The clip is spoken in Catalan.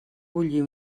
bullir